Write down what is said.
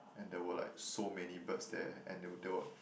and there were like so many birds there and they were